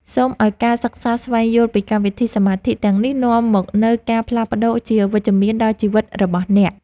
សូមឱ្យការសិក្សាស្វែងយល់ពីកម្មវិធីសមាធិទាំងនេះនាំមកនូវការផ្លាស់ប្តូរជាវិជ្ជមានដល់ជីវិតរបស់អ្នក។